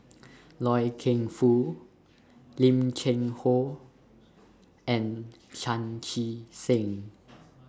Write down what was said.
Loy Keng Foo Lim Cheng Hoe and Chan Chee Seng